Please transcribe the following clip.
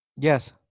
Yes